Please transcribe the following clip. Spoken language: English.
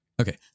okay